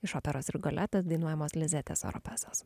iš operos rigoletas dainuojamos lizetės oropezos